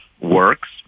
works